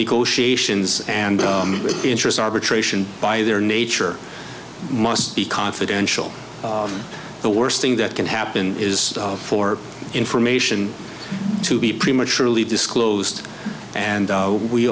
negotiations and interest arbitration by their nature must be confidential the worst thing that can happen is for information to be prematurely disclosed and